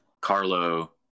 Carlo